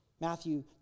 Matthew